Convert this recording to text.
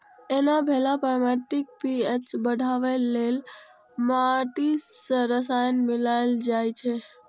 एना भेला पर माटिक पी.एच बढ़ेबा लेल माटि मे रसायन मिलाएल जाइ छै